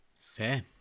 fair